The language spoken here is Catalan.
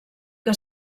que